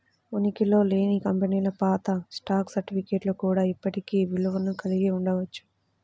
ఉనికిలో లేని కంపెనీల పాత స్టాక్ సర్టిఫికేట్లు కూడా ఇప్పటికీ విలువను కలిగి ఉండవచ్చు